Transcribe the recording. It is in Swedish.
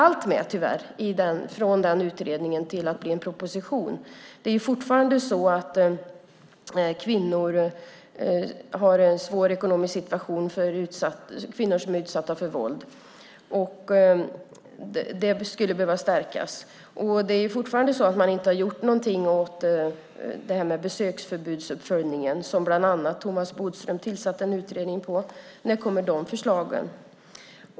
Sedan fanns tyvärr inte allt med från den utredningen till att bli en proposition. Det är fortfarande så att kvinnor som är utsatta för våld har en svår ekonomisk situation. Det skulle behöva stärkas. Och det är fortfarande så att man inte har gjort någonting åt det här med besöksförbudsuppföljningen, där bland annat Thomas Bodström tillsatte en utredning. När kommer de förslagen?